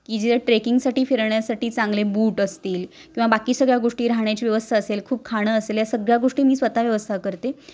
की जे ट्रेकिंगसाठी फिरण्यासाठी चांगले बूट असतील किंवा बाकी सगळ्या गोष्टी राहण्याची व्यवस्था असेल खूप खाणं असेल या सगळ्या गोष्टी मी स्वत व्यवस्था करते